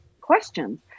questions